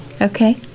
Okay